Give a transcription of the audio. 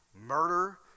murder